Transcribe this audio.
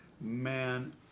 Man